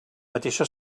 mateixa